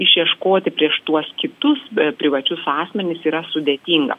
išieškoti prieš tuos kitus be privačius asmenis yra sudėtinga